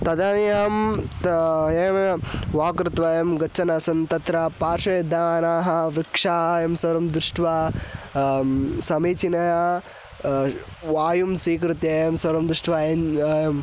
तदानीं तु एवमेवं वाक् कृत्वा अयं गच्छन् आसन् तत्र पार्श्वे जनाः वृक्षाः एवं सर्वं दृष्ट्वा समीचीनतया वायुं स्वीकृत्य एवं सर्वं दृष्ट्वा